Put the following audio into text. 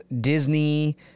disney